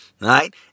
right